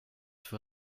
für